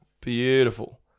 Beautiful